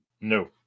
No